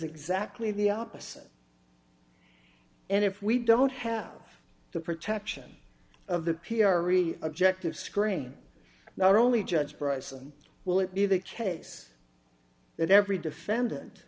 exactly the opposite and if we don't have the protection of the p r read objective screen not only judge bryson will it be the case that every defendant